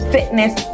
Fitness